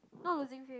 not losing faith